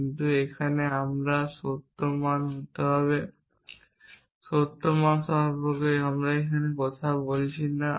বিন্দু আমরা এখানে সত্য মান সম্পর্কে কথা বলছি না